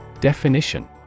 Definition